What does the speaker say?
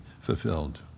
fulfilled